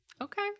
Okay